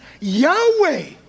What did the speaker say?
Yahweh